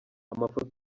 amafoto